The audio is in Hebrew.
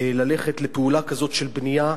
ללכת לפעולה כזאת של בנייה,